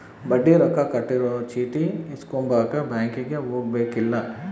ಬಡ್ಡಿ ರೊಕ್ಕ ಕಟ್ಟಿರೊ ಚೀಟಿ ಇಸ್ಕೊಂಬಕ ಬ್ಯಾಂಕಿಗೆ ಹೊಗದುಬೆಕ್ಕಿಲ್ಲ